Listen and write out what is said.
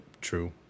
true